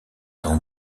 tant